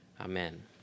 Amen